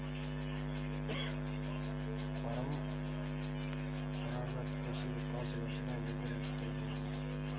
పరంపరాగత్ కృషి వికాస్ యోజన ఏ గురించి తెలుపగలరు?